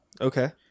Okay